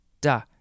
da